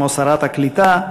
כמו שרת הקליטה,